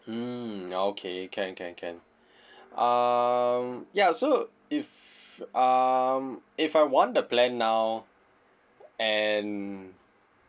mm okay can can can um ya so if um if I want the plan now and